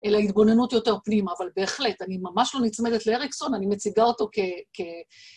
אלא התגוננות יותר פנימה, אבל בהחלט, אני ממש לא נצמדת לאריקסון, אני מציגה אותו כ...